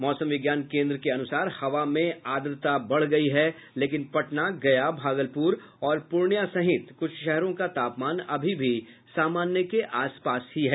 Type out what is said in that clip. मौसम विज्ञान केन्द्र के अनुसार हवा में आर्द्रता बढ़ गयी है लेकिन पटना गया भागलपुर और पूर्णिया सहित कुछ शहरों का तापमान अभी भी सामान्य के आस पास है